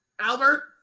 albert